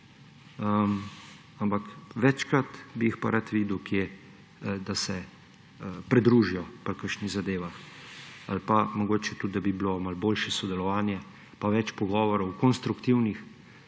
ampak večkrat bi jih pa rad videl, da se pridružijo pri kakšnih zadevah. Ali pa mogoče tudi, da bi bilo malo boljše sodelovanje in malo več pogovorov konstruktivnih